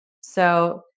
So-